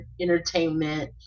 entertainment